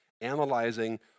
Analyzing